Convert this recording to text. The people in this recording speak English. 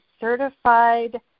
certified